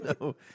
no